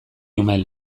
umel